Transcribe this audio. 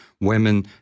women